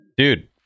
Dude